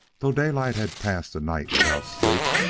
though daylight had passed a night without sleep,